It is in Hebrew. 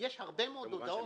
כמובן שמה?